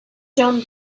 john